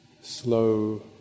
slow